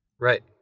Right